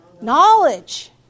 Knowledge